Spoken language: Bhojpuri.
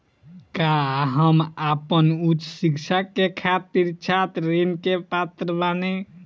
का हम आपन उच्च शिक्षा के खातिर छात्र ऋण के पात्र बानी?